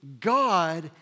God